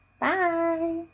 Bye